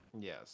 yes